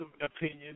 opinion